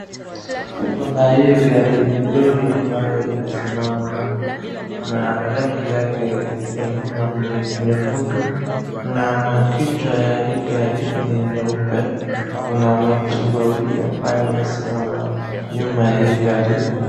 Kuna hii gari, lori ambaye imesimama hapo, na rangi yake ya nyuma ni nyekundu, na kichwa ya hii gari ni nyeupe. Kuna watu wawili ambaye wamesimama nyuma ya hii gari.